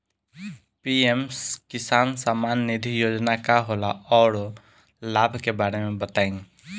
PM Kisan Samman Nidhi योजना का होला औरो लाभ के बारे में बताई?